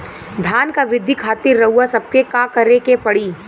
धान क वृद्धि खातिर रउआ सबके का करे के पड़ी?